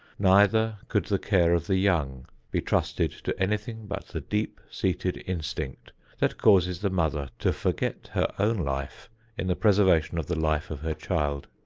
neither could the care of the young be trusted to anything but the deep-seated instinct that causes the mother to forget her own life in the preservation of the life of her child.